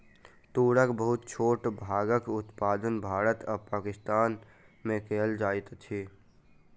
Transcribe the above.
तूरक बहुत छोट भागक उत्पादन भारत आ पाकिस्तान में कएल जाइत अछि